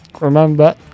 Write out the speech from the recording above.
remember